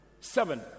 Seven